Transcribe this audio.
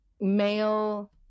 male